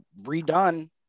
redone